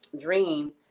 dream